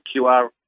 QR